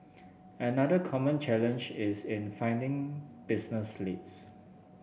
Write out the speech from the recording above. another common challenge is in finding business leads